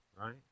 right